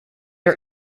are